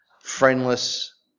friendless